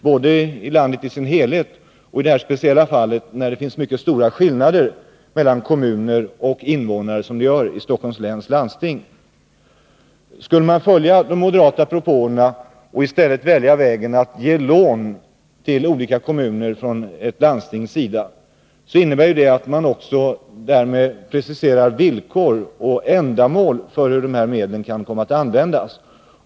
Både i landet som helhet och i Stockholms läns landsting finns det mycket stora skillnader mellan kommuner och invånare. Skulle man följa de moderata propåerna och i stället välja vägen att ett landsting ger olika kommuner lån, innebär det att man ställer villkor för lånen och preciserar för vilka ändamål medlen skall användas.